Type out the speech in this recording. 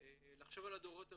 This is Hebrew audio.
לחשוב על הדורות הבאים.